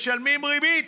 משלמים ריבת.